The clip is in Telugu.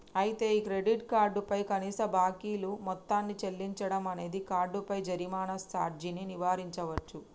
అయితే ఈ క్రెడిట్ కార్డు పై కనీస బాకీలు మొత్తాన్ని చెల్లించడం అనేది కార్డుపై జరిమానా సార్జీని నివారించవచ్చు